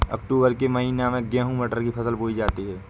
अक्टूबर के महीना में गेहूँ मटर की फसल बोई जाती है